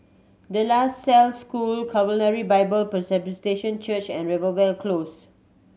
De La Salle School Calvary Bible Presbyterian Church and Rivervale Close